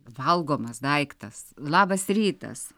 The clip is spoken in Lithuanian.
valgomas daiktas labas rytas